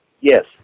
Yes